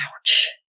Ouch